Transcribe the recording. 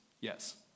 Yes